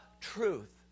truth